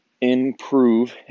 improve